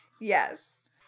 Yes